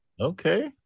okay